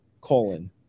colon